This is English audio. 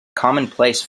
commonplace